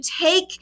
take